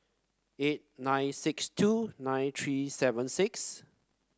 eight nine six two nine three seven six